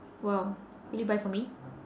!wow! will you buy for me